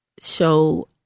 show